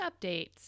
updates